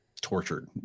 tortured